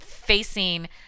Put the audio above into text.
facing